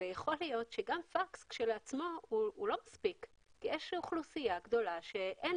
להיות שגם פקס כשלעצמו הוא לא מספיק כי יש אוכלוסייה גדולה שאין